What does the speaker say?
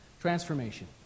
transformation